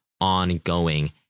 ongoing